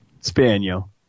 spaniel